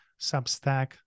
Substack